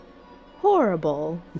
horrible